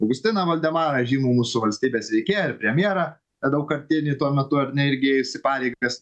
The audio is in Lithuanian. augustiną voldemarą žymų mūsų valstybės veikėją ir premjerą daugkartinį tuo metu ar ne irgi ėjusį pareigas